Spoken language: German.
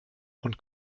und